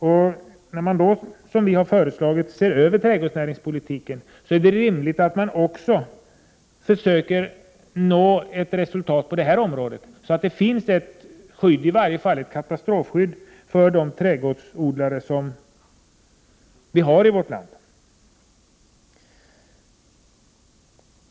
När man, som vi har föreslagit, ser över trädgårdsnäringspolitiken, så är det rimligt att man också försöker nå ett resultat på det här området, så att det i varje fall finns ett katastrofskydd för trädgårdsodlarna i vårt land.